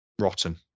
Rotten